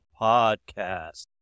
podcast